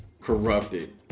corrupted